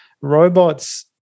robots